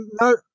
no